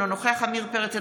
אינו נוכח עמיר פרץ,